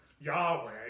Yahweh